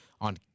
on